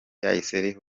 ryahise